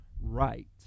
right